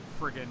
friggin